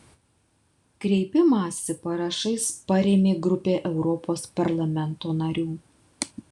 kreipimąsi parašais parėmė grupė europos parlamento narių